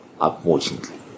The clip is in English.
unfortunately